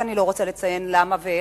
ואני לא רוצה לציין למה ואיך,